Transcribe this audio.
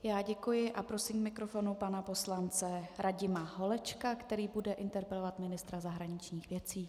Já děkuji a prosím k mikrofonu pana poslance Radima Holečka, který bude interpelovat ministra zahraničních věcí.